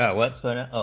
ah what's going on